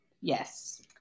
yes